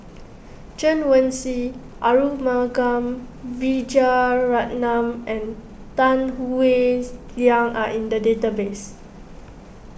Chen Wen Hsi Arumugam Vijiaratnam and Tan Howe Liang are in the database